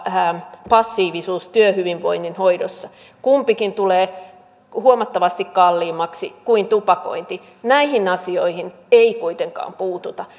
passiivisuus työhyvinvoinnin hoidossa kumpikin tulee huomattavasti kalliimmaksi kuin tupakointi näihin asioihin ei kuitenkaan puututa